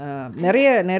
I'm not